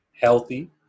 healthy